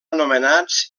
anomenats